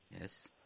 Yes